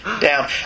down